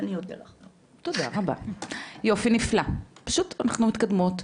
תודה רבה, יופי נפלא, פשוט אנחנו מתקדמות.